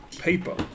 Paper